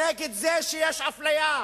נגד זה שיש אפליה,